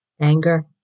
Anger